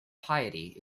piety